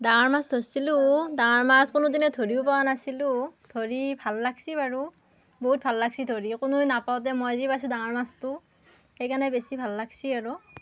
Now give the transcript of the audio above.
ডাঙৰ মাছ ধৰিছিলোঁ ডাঙৰ মাছ কোনোদিনে ধৰিও পোৱা নাছিলোঁ ধৰি ভাল লাগিছে বাৰু বহুত ভাল লাগিছে ধৰি কোনেও নাপাওঁতেই মই যে পাইছোঁ ডাঙৰ মাছটো সেইকাৰণে বেছি ভাল লাগিছে আৰু